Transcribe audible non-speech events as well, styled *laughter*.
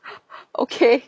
*laughs* okay